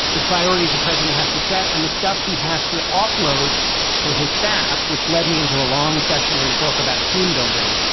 the priorities the president has to set and the stuff he has to offload to his staff, which led me into a long session in the book about team building,